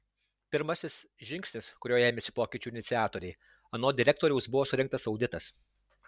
pirmasis žingsnis kurio ėmėsi pokyčių iniciatoriai anot direktoriaus buvo surengtas auditas